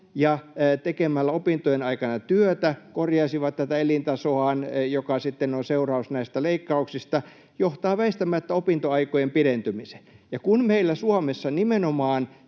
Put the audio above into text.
ja tekemällä opintojen aikana työtä korjaisivat tätä elintasoaan, mikä on seuraus näistä leikkauksista, johtaa väistämättä opintoaikojen pidentymiseen, ja kun meillä Suomessa nimenomaan